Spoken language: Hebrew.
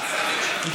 הממשלה.